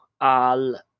al